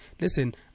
listen